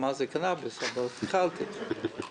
הרופא הפרטי נותן